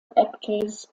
actors